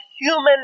human